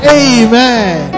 amen